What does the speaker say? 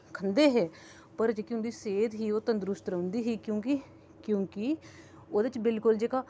खंदे हे पर जेह्की उंदी सेह्त ही ओह् तंदरुसत रौह्ंदी ही क्युंकी ओह्दे च बिलकुल जेह्का